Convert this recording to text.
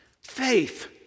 Faith